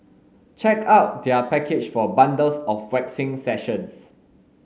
check out their package for bundles of waxing sessions